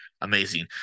amazing